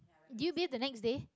did you bathe the next day